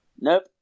Nope